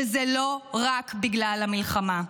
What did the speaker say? שזה לא רק בגלל המלחמה.